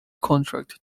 contract